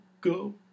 go